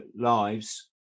lives